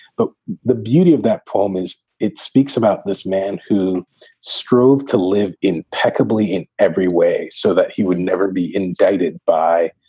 but the beauty of that poem is it speaks about this man who strove to live impeccably in every way so that he would never be intimidated by